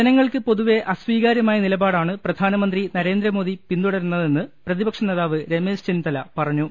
ജനങ്ങൾക്ക് പൊതുവേ അസ്വീകാരൃമായ നിലപാടാണ് പ്രധാനമന്ത്രി നരേന്ദ്രമോദി പിന്തുടരുന്നതെന്ന് പ്രതിപക്ഷ നേതാവ് രമേശ് ചെന്നിത്തല പറഞ്ഞു